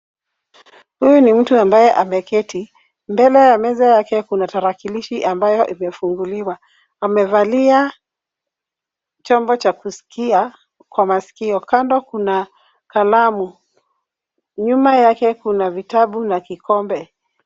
Huyu ni mtu ambaye ameketi. Mbele ya meza yake kuna tarakilishi ambayo imefunguliwa. Amevalia chombo cha kusikia kwa masikio. Kando kuna kalamu, nyuma yake kuna vitabu na kikombe.